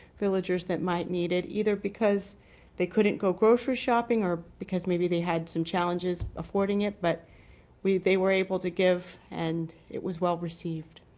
villagers that might need it either because they couldn't go grocery shopping or because maybe they had some challenges affording it but we they were able to give and it was well received.